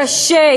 קשה,